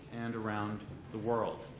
and around the world.